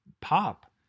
pop